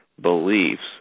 beliefs